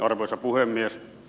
arvoisa puhemies